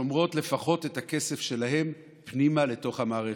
שומרות לפחות את הכסף שלהן פנימה לתוך המערכת.